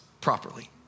properly